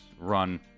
run